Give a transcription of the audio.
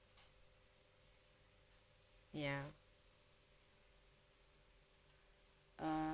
ya uh